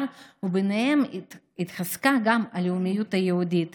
לעבר, וביניהן התחזקה גם הלאומיות היהודית